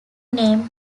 name